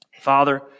Father